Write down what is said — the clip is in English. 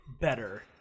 better